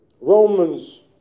Romans